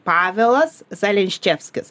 pavelas sailensčevškis